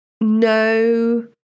no